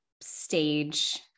stage